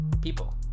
people